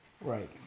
Right